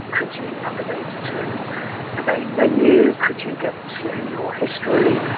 could you navigate to the main menu, could you get to your history.